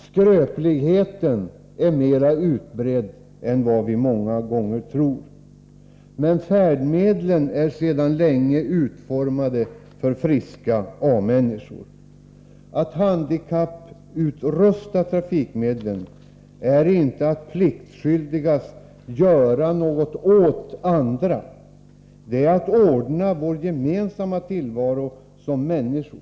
Skröpligheten är mera utbredd än vi många gånger tror. Färdmedlen är dock sedan länge utformade för friska A-människor. Att handikapputrusta trafikmedlen är inte att pliktskyldigast göra något åt andra. Det är i stället att ordna vår gemensamma tillvaro — dvs. för oss som människor.